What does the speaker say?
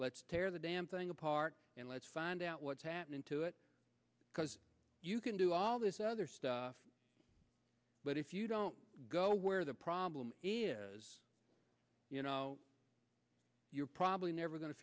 let's tear the damn thing apart and let's find out what's happening to it because you can do all this other stuff but if you don't go where the problem is you know you're probably never going to